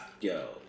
Yo